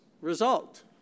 result